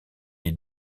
est